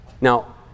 Now